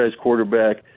quarterback